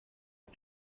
and